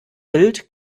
bild